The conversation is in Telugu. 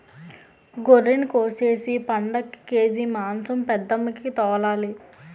గొర్రినికోసేసి పండక్కి కేజి మాంసం పెద్దమ్మికి తోలాలి